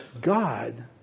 God